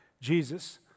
Jesus